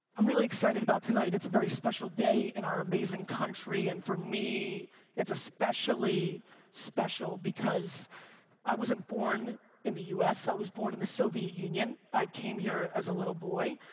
i'm really excited about tonight, it's a very special day in our amazing country and for me it's especially special because i wasn't born in the us. i was born in the soviet union. i came here as a little boy.